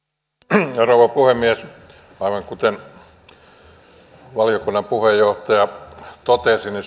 arvoisa rouva puhemies aivan kuten valiokunnan puheenjohtaja totesi niin